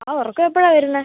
ആ ഉറക്കം എപ്പഴാ വരുന്നത്